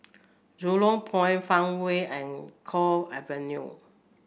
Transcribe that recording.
Jurong Point Farmway and Cove Avenue